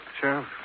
Sheriff